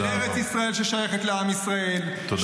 ארץ ישראל ששייכת לעם ישראל -- תודה רבה.